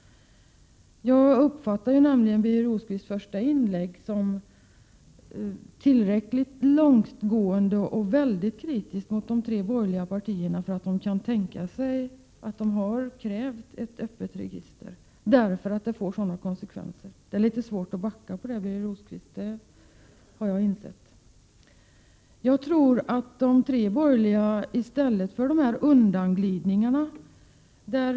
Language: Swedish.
Jag uppfattade nämligen Birger Rosqvists första inlägg som tillräckligt långtgående och väldigt kritiskt mot de tre borgerliga partierna för att de har krävt ett öppet register som får sådana konsekvenser. Det är litet svårt att backa i fråga om detta, Birger Rosqvist, det har jag insett. De tre borgerliga partierna har varit undanglidande här.